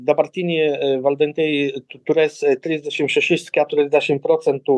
dabartiniai valdantieji tu turės trisdešim šešis keturiasdešim procentų